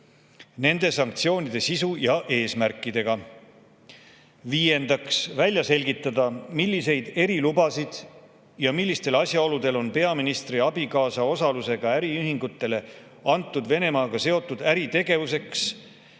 nende sanktsioonide sisu ja eesmärkidega. Viiendaks, välja selgitada, milliseid erilubasid ja millistel asjaoludel on peaministri abikaasa osalusega äriühingutele antud Venemaaga seotud äritegevuseks